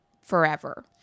forever